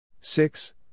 six